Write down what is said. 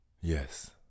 Yes